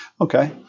Okay